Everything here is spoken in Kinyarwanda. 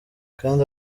kandi